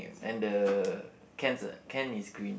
and the cans are can is green